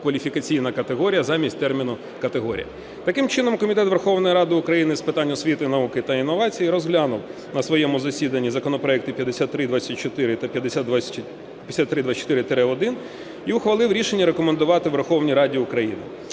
"кваліфікаційна категорія" замість терміну "категорія". Таким чином, Комітет Верховної Ради України з питань освіти, науки та інновацій розглянув на своєму засіданні законопроекти 5324 та 5324-1 і ухвалив рішення рекомендувати Верховній Раді України